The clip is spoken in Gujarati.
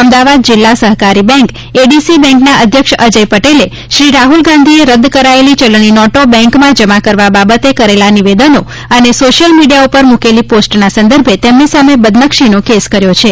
અમદાવાદ જિલ્લા સહકારી બેંક એડીસી બેંકના અધ્યક્ષ અજય પટેલે શ્રી રાહુલ ગાંધીએ રદ કરાયેલી ચલણી નોટો બેંકમાં જમા કરવા બાબતે કરેલા નિવેદનો અને સોશિયલ મીડિયા ઉપર મુકેલી પોસ્ટના સંદર્ભે તેમની સામે બદનક્ષીનો કેસ કર્યો છે